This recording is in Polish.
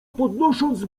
podnosząc